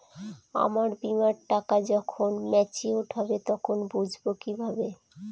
আমার বীমার টাকা যখন মেচিওড হবে তখন বুঝবো কিভাবে?